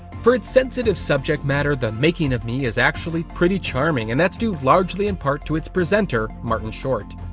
for it's sensative subject matter, the making of me is actually pretty charming, and that's due largely in part to its presenter, martin short.